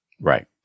Right